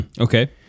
okay